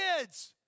kids